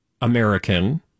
American